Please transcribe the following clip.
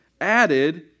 added